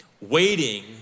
waiting